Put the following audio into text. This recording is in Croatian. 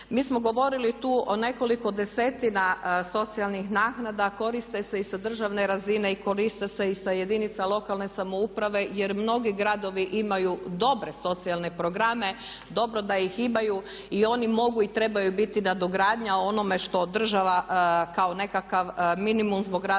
Mi smo govorili tu o nekoliko desetina socijalnih naknada, koriste se i sa državne razine i koriste se i sa jedinica lokalne samouprave jer mnogi gradovi imaju dobre socijalne programe, dobro da ih imaju i oni mogu i trebaju biti nadogradnja onome što država kao nekakav minimum zbog raznih